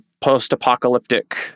post-apocalyptic